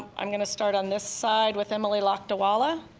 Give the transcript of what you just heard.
i'm gonna start on this side, with emily lakdawalla.